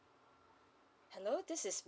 hello this is